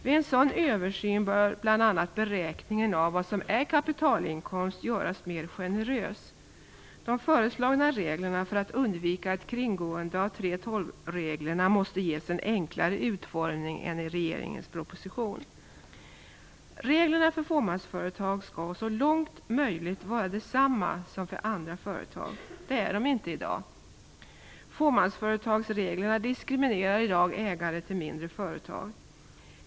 Vid en sådan översyn bör bl.a. beräkningen av vad som är kapitalinkomst göras mera generös. De föreslagna reglerna för att undvika ett kringgående av 3:12 reglerna måste ges en utformning som är enklare än den i regeringens proposition. Reglerna för fåmansföretag skall så långt som möjligt vara desamma som för andra företag. Det är de inte i dag. Fåmansföretagsreglerna diskriminerar i dag ägare till mindre företag.